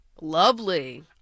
Lovely